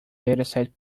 dataset